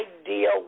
idea